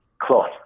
cloth